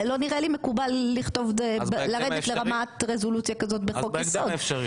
לא נראה לי מקובל לרדת לרמת רזולוציה כזאת בחוק יסוד.